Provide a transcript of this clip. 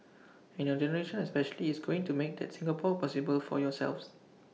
and your generation especially is going to make that Singapore possible for yourselves